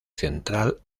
central